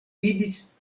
vidis